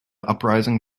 uprising